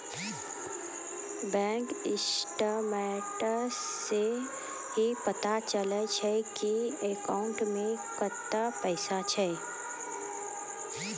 bank statements सं ही पता चलै छै की अकाउंटो मे कतै पैसा छै